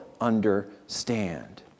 understand